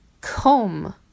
Comb